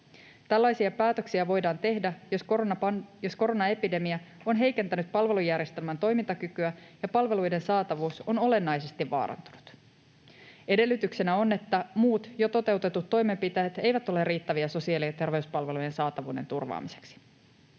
Tällaisia päätöksiä voidaan tehdä, jos koronaepidemia on heikentänyt palvelujärjestelmän toimintakykyä ja palveluiden saatavuus on olennaisesti vaarantunut. Edellytyksenä on, että muut, jo toteutetut toimenpiteet eivät ole riittäviä sosiaali- ja terveyspalvelujen saatavuuden turvaamiseksi.